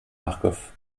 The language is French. marcof